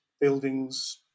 buildings